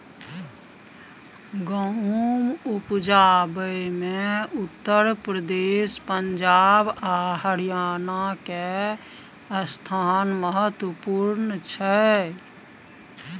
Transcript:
गहुम उपजाबै मे उत्तर प्रदेश, पंजाब आ हरियाणा के स्थान महत्वपूर्ण छइ